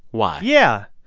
why? yeah,